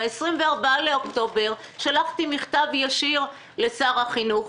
ב-24.10 שלחתי מכתב ישיר לשר החינוך.